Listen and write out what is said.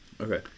Okay